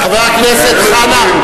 חבר הכנסת חנא.